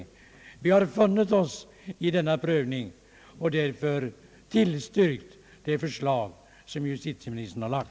Statsutskottet har funnit sig i denna prövning och därför tillstyrkt justitieministerns förslag.